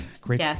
Great